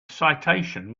citation